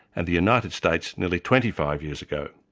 and the united states nearly twenty five years ago.